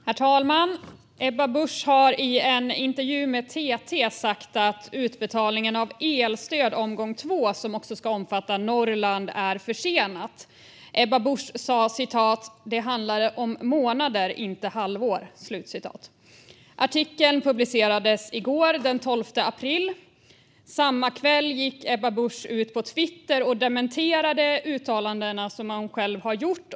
Herr talman! Ebba Busch har i en intervju med TT sagt att utbetalningen av omgång två av elstödet, som också ska omfatta Norrland, är försenad. Ebba Busch sa: "Vi pratar månader, inte halvår." Artikeln publicerades i går, den 12 april. Samma kväll gick Ebba Busch ut på Twitter och dementerade de uttalanden hon själv gjort.